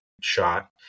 shot